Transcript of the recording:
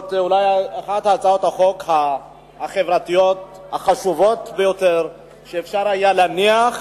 שזאת אולי אחת מהצעות החוק החברתיות החשובות ביותר שאפשר היה להניח.